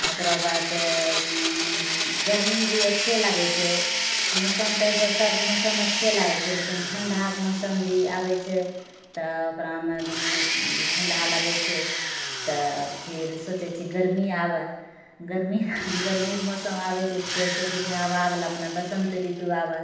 ओकराबाद गर्मी भी अच्छे लागै छै मौसम तऽ अइसे सब मौसम अच्छे लागै छै लेकिन ठण्डाके मौसम भी आबै छै तऽ ओकरामे भी ठण्डा लगै छै तऽ फिर सोचै छी गर्मी आबै गर्मी गर्मी रऽ मौसम आबै छै तऽ फेर सोचै छिए हवावला मने बसन्त ऋतु आबै